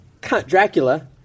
Dracula